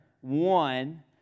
one